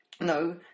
No